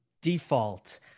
default